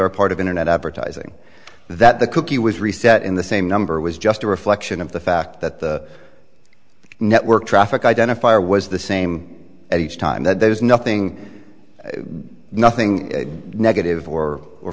are part of internet advertising that the cookie was reset in the same number was just a reflection of the fact that the network traffic identifier was the same at each time that there was nothing nothing negative or or